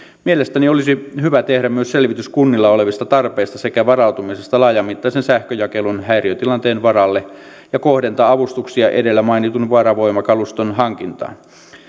mielestäni olisi hyvä tehdä myös selvitys kunnilla olevista tarpeista sekä varautumisesta laajamittaisen sähköjakelun häiriötilanteen varalle ja kohdentaa avustuksia edellä mainitun varavoimakaluston hankintaan